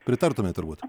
pritartumėt turbūt